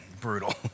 brutal